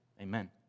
Amen